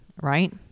right